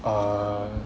uh